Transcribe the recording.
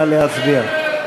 נא להצביע.